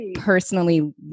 personally